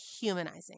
humanizing